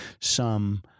some-